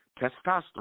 testosterone